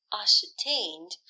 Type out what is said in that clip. ascertained